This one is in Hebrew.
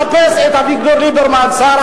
מחפש את אביגדור ליברמן, שר